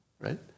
right